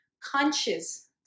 conscious